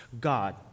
God